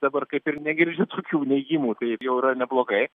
dabar kaip ir negirdžiu tokių neigimų tai jau yra neblogai